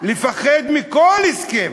לפחד מכל הסכם,